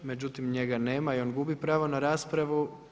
Međutim, njega nema i on gubi pravo na raspravu.